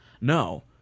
No